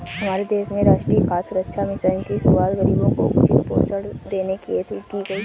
हमारे देश में राष्ट्रीय खाद्य सुरक्षा मिशन की शुरुआत गरीबों को उचित पोषण देने हेतु की गई